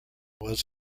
was